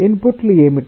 ఇన్పుట్లు ఏమిటి